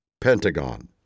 Pentagon